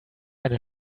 eine